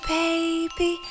baby